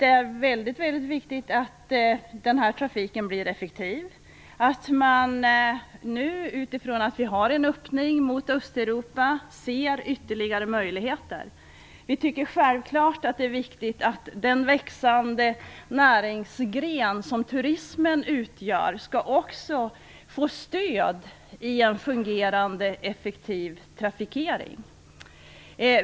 Det är väldigt viktigt att den här trafiken blir effektiv och att vi nu, med tanke på att vi har en öppning mot Östeuropa, ser ytterligare möjligheter. Det är självfallet viktigt att den växande näringsgren som turismen utgör får stöd i en fungerande, effektiv trafikering.